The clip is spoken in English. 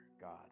God